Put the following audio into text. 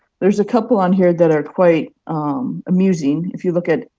there's a couple on here that are quite amusing, if you look at